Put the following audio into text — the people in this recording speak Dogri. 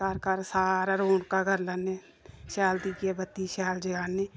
घर घर सारे रौनकां करी लैने शैल दीये बत्ती शैल जगाने